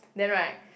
then right